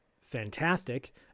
fantastic